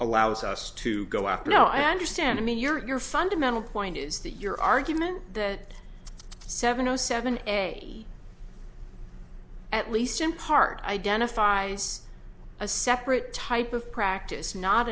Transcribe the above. allows us to go after no i understand i mean your fundamental point is that your argument that seven o seven at least in part identifies a separate type of practice not